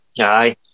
Aye